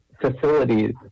facilities